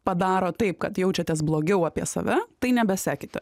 padaro taip kad jaučiatės blogiau apie save tai nebesekite